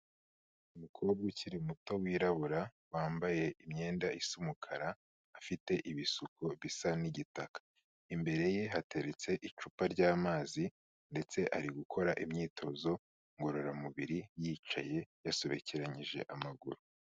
Umukobwa ukiri muto wirabura, wambaye imyenda isa umukara, afite ibisuko bisa n'igitaka, imbere ye hateretse icupa ry'amazi ndetse ari gukora imyitozo ngororamubiri yicaye, yasobekeranyije amaguru.